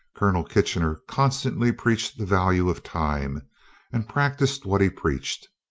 colonel kitchener constantly preached the value of time and practised what he preached.